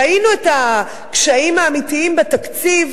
ראינו את הקשיים האמיתיים בתקציב